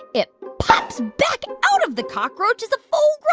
it pops back out of the cockroach as a full-grown